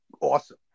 Awesome